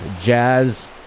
jazz